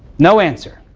no answer.